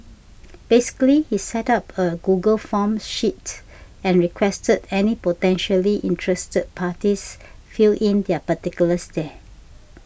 basically he set up a Google Forms sheet and requested any potentially interested parties fill in their particulars there